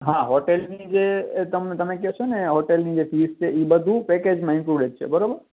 હા હોટેલની જે ત તમે કહેશો ને હોટેલની જે ફીસ છે એ બધુ પેકેજમાં ઇન્ક્લુંડેડ છે બરાબર